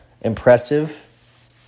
impressive